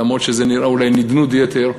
אף שזה נראה אולי נדנוד יתר,